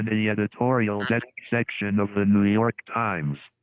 and the editorial section of the new york times.